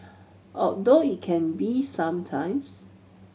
although it can be some times